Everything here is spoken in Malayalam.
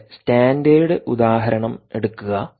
നമ്മുടെ സ്റ്റാൻഡേർഡ് ഉദാഹരണം എടുക്കുക